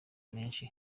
menshi